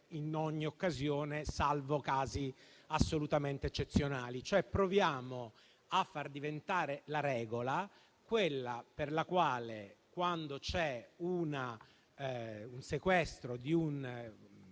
in ogni occasione, salvo casi assolutamente eccezionali. Proviamo a far diventare una regola quella per la quale, quando c'è un sequestro di un